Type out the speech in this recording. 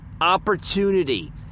opportunity